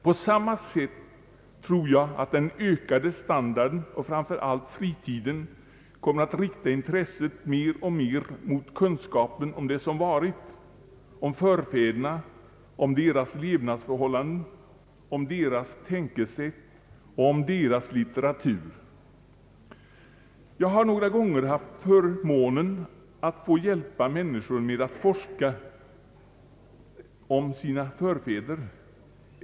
På samma sätt tror jag den ökade standarden och framför allt fritiden kommer att rikta intresset mer och mer mot kunskapen om det som varit, om förfäderna, om deras levnadsförhållanden, om deras tänkesätt och om deras litteratur. Jag har några gånger haft förmånen att få hjälpa människor med att forska om sina förfäder.